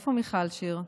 איפה מיכל שיר?